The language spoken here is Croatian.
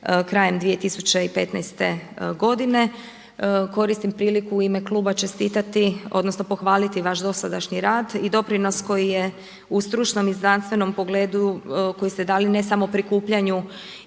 krajem 2015. godine. Koristim priliku i u ime kluba čestitati odnosno pohvaliti vaš dosadašnji rad i doprinos koji je u stručnom i znanstvenom pogledu koji ste dali ne samo prikupljanju